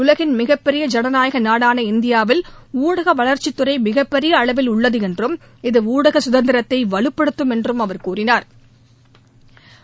உலகின் மிகப்பெரிய ஜனநாயக நாடான இந்தியாவில் ஊடக வளர்ச்சி மிகப்பெரிய அளவில் உள்ளது என்றும் இது ஊடக சுதந்திரத்தை வலுப்படுத்தும் என்றும் அவா் கூறினாா்